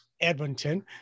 edmonton